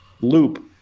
loop